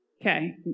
Okay